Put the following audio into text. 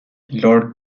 lord